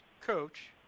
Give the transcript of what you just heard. coach